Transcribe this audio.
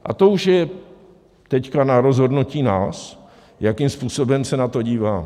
A to už je teď na rozhodnutí nás, jakým způsobem se na to díváme.